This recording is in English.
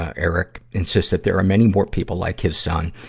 ah eric insists that they are many more people like his son.